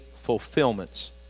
fulfillments